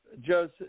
Joseph